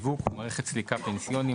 שיווק ומערכת סליקה פנסיוניים),